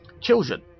children